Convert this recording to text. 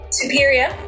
superior